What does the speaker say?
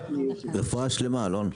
רפואה שלמה אלון.